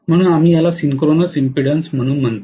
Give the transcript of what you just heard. म्हणून आम्ही याला सिंक्रोनस इम्पीडन्स म्हणून म्हणतो